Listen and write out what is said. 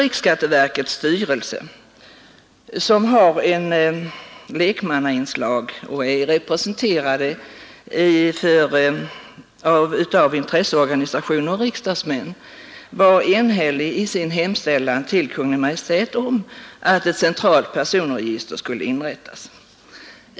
Riksskatteverkets styrelse, som har lekmannainslag av representanter för intresseorganisationer och riksdagsmän, var enhällig i sin hemställan till Kungl. Maj:t om att ett centralt personregister skulle inrättas.